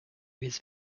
his